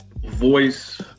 voice